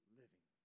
living